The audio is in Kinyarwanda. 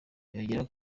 yongeraho